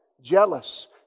jealous